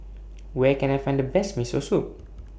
Where Can I Find The Best Miso Soup